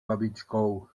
babičkou